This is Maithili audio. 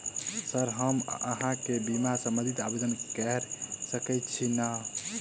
सर हम अहाँ केँ बीमा संबधी आवेदन कैर सकै छी नै?